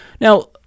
Now